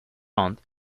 aunt